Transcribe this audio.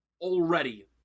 already